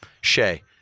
Shay